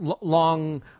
long